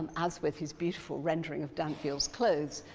as with his beautiful rendering of dinteville's clothes,